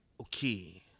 okay